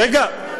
רגע,